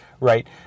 right